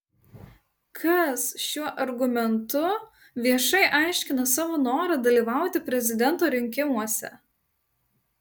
kas šiuo argumentu viešai aiškina savo norą dalyvauti prezidento rinkimuose